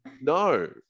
No